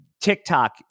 TikTok